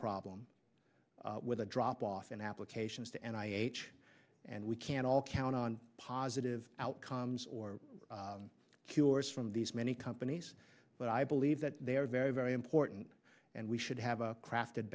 problem with the drop off in applications to and i h and we can all count on positive outcomes or cures from these many companies but i believe that they are very very important and we should have a crafted